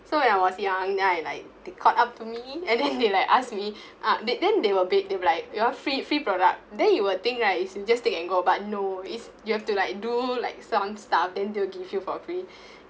so when I was young then I like they caught up to me and then they like ask ah then they'll be like you want free free product then you will think right is you just take and go but no is you have to like do like some stuff then they will give you for free